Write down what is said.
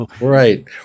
Right